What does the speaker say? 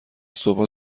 صبحها